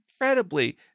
incredibly